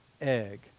egg